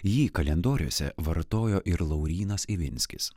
jį kalendoriuose vartojo ir laurynas ivinskis